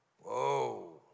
whoa